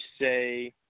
say